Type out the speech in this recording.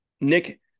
Nick